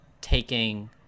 taking